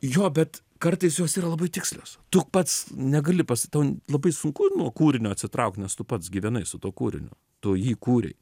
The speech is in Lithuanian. jo bet kartais jos yra labai tikslios tu pats negali pas tau labai sunku nuo kūrinio atsitraukt nes tu pats gyvenai su tuo kūriniu tu jį kūrei